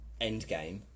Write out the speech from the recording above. Endgame